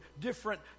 different